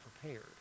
prepared